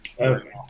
Okay